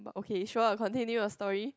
but okay should I continue a story